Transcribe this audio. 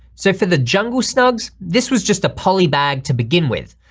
so for the jungle snugs, this was just a poly bag to begin with,